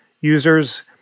users